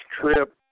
trip